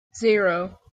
zero